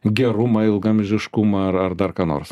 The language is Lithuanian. gerumą ilgaamžiškumą ar ar dar ką nors